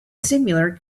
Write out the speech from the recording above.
similar